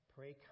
Pray